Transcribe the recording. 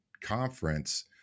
conference